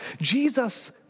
Jesus